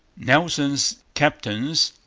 nelson's captains,